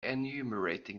enumerating